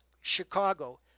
Chicago